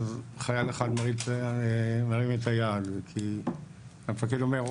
אז חייל אחד מרים את היד כי המפקד אומר,